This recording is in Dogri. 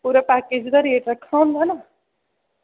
पूरे पैकेज दा रेट रक्खेआ होंदा न